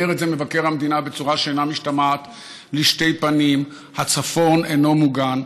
אומר את זה מבקר המדינה בצורה שאינה משתמעת לשתי פנים: הצפון אינו מוגן.